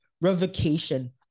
revocation